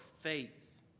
faith